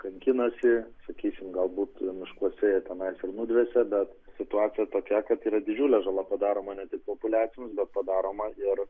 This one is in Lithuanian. kankinasi sakykim galbūt miškuose jie tenais ir nudvesia bet situacija tokia kad yra didžiulė žala padaroma ne tik populiacijoms bet padaroma ir